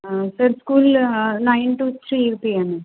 sir school nine to three P M आहे